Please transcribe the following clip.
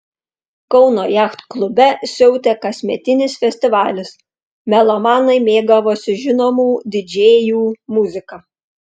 kauno jachtklube siautė kasmetinis festivalis melomanai mėgavosi žinomų didžėjų muzika